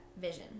vision